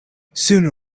sooner